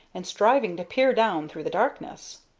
and striving to peer down through the darkness.